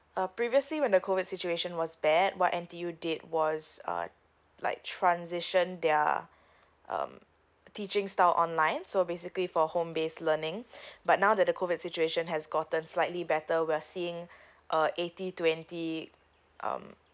uh previously when the COVID situation was bad what N_T_U did was uh like transition their um teaching style online so basically for home based learning but now that the COVID situation has gotten slightly better we're seeing uh eighty twenty um